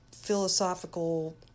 philosophical